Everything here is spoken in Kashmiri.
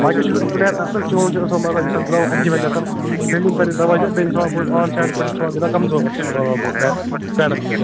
باقٕے چھُکھ ژٕ پٕلیر اَصٕل چوٗن چھُ اصٕل مطلب ییٚمہِ ساتہٕ برٛۄنٛٹھ کُن ایٚکٹِویٹ گژھکھ فِلڈِنٛگ پٮ۪ٹھ دِ توجہ بییہِ دِ تھوڑا بہت آن سایِڈَس پٮ۪ٹھ چھُکھ گِنٛدان تھوڑا بہت کِمزور ژٕ پیڈَن پٮ۪ٹھ